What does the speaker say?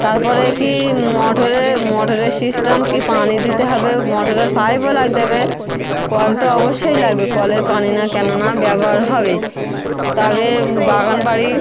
তার পরে কী মোটরের মোটরের সিস্টেম কী পানি দিতে হবে মোটরের পাইপও লাগতে হবে কল তো অবশ্যই লাগবে কলের পানি না কেননা ব্যবহার হবে তবে বাগান বাড়ি